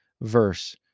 verse